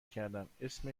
کردماسم